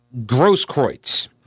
Grosskreutz